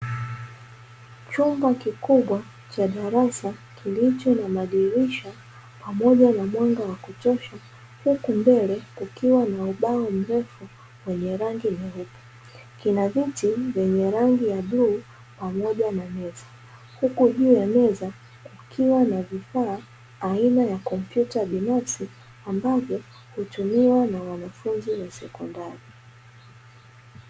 Chumba kikubwa cha darasa kilicho na madirisha pamoja na mwanga wa kutosha huku mbele kukiwa na ubao mrefu wenye rangi nyeupe. Kina viti vyenye rangi ya bluu pamoja na meza, huku juu ya meza kukiwa na vifaa aina ya kompyuta binafsi ambavyo hutumiwa na wanafunzi wa sekondari.